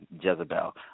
Jezebel